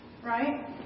Right